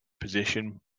position